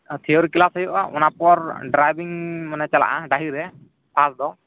theory class ᱦᱩᱭᱩᱜᱼᱟ ᱚᱱᱟᱯᱚᱨ driving ᱢᱟᱱᱮ ᱪᱟᱞᱟᱜᱼᱟ ᱰᱟᱺᱦᱤ ᱨᱮ ᱯᱷᱟᱥᱴ ᱫᱚ